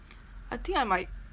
I think I might